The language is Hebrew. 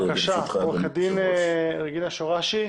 בבקשה, עורכת דין רגינה שורשי.